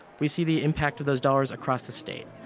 we see the impact of those dollars across the state.